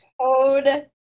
Toad